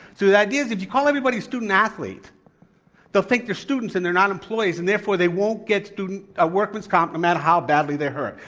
so, the idea is if you call everybody student athlete they'll think they're students and they're not employees and therefore they won't get student ah workman's comp no matter how badly they're hurt.